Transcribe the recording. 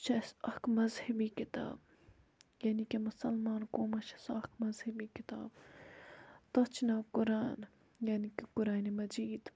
سُہ چھُ اَسہِ اَکھ مذہبی کِتاب یعنی کہِ مُسلمان قومَس چھِ سۄ اَکھ مَذہبی کِتاب تَتھ چھُ ناو قُران یعنی کہِ قرانہِ مجیٖد